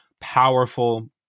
powerful